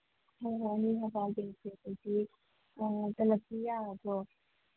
ꯍꯣꯏ ꯍꯣꯏ ꯑꯅꯤ ꯍꯥꯞꯄꯛꯑꯒꯦ ꯑꯗꯨꯗꯤ ꯑꯗꯒꯤ ꯇꯂꯞꯁꯨ ꯌꯥꯔꯕ꯭ꯔꯣ